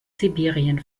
sibirien